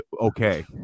okay